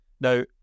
Now